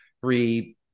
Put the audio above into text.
three